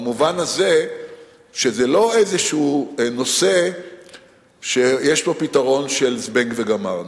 במובן הזה שזה לא איזה נושא שיש לו פתרון של "זבנג וגמרנו".